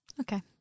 Okay